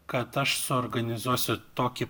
kad aš suorganizuosiu tokį